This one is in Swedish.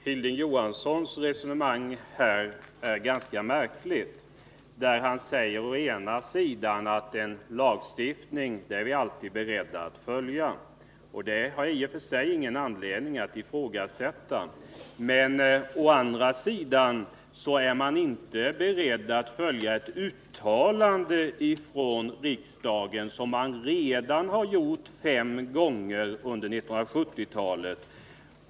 Herr talman! Hilding Johanssons resonemang är här ganska märkligt. Å ena sidan säger han: vi är alltid beredda att följa en lagstiftning. Det har jag i och för sig inte någon anledning att ifrågasätta. Men å andra sidan är man inte beredd att följa ett uttalande som riksdagen redan har gjort fem gånger under 1970-talet.